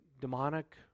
demonic